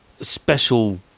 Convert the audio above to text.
special